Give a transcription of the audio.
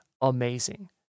amazing